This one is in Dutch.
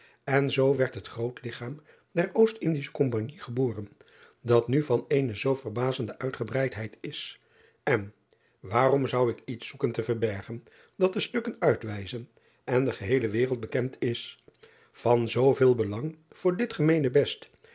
en zoo werd het groot ligchaam der ostindische ompagnie geboren dat nu van eene zoo verbazende uitgebreidheid is en waarom zou ik iets zoeken te verbergen dat de stukken uitwijzen en de geheele wereld bekend is van zooveel belang voor dit gemeenebest